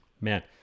man